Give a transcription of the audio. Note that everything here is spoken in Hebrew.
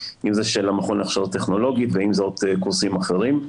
אם זה של המכון להכשרה טכנולוגית ואם זה עוד קורסים אחרים,